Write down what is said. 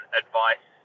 advice